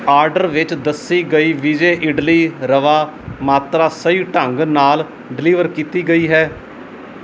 order ਵਿੱਚ ਦੱਸੀ ਗਈ ਵਿਜੇ ਇਡਲੀ ਰਵਾ ਮਾਤਰਾ ਸਹੀ ਢੰਗ ਨਾਲ ਡਿਲੀਵਰ ਕੀਤੀ ਗਈ ਹੈ